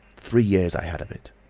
three years i had of it